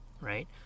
right